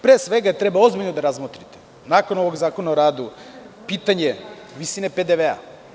Pre svega, treba ozbiljno da razmotrite nakon ovog zakona o radu pitanje visine PDV.